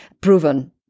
proven